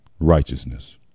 righteousness